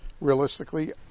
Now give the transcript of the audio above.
realistically